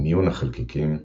מיון החלקיקים